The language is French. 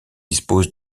dispose